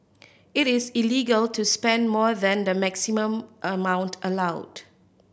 it is illegal to spend more than the maximum amount allowed